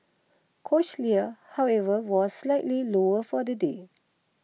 cochlear however was slightly lower for the day